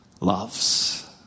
Loves